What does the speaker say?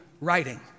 writing